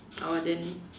oh then